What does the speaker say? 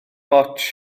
ots